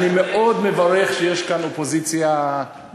אני מאוד מברך על כך שיש כאן אופוזיציה פעילה,